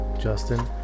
Justin